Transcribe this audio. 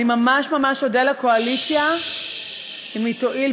אני ממש ממש אודה לקואליציה אם היא תואיל,